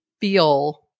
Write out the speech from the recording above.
feel